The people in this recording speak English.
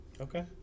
Okay